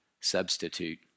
substitute